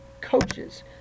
coaches